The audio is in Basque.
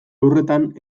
lurretan